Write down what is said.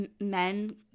men